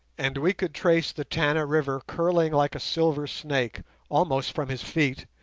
and we could trace the tana river curling like a silver snake almost from his feet,